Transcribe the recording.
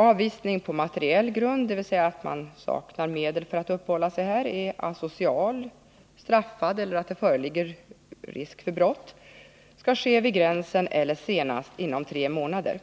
Avvisning på materiell grund — dvs. i de fall då utlänningen saknar medel för att uppehålla sig här, är asocial eller straffad eller då det föreligger risk för brott — skall ske vid gränsen eller senast inom tre månader.